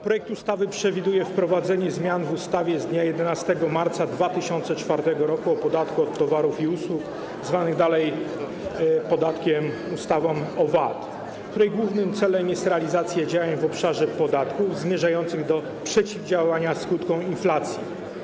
Projekt ustawy przewiduje wprowadzenie zmian w ustawie z dnia 11 marca 2004 r. o podatku od towarów i usług, zwanej dalej ustawą o VAT, której głównym celem jest realizacja działań w obszarze podatków, zmierzających do przeciwdziałania skutkom inflacji.